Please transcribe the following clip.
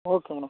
okay madam